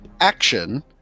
action